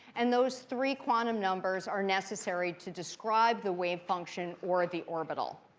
and those three quantum numbers are necessary to describe the wave function or the orbital.